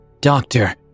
Doctor